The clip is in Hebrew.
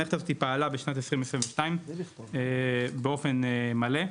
המערכת פעלה בשנת 2022 באופן מלא,